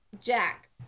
jack